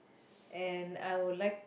and I would like to